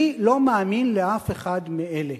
אני לא מאמין לאף אחד מאלה.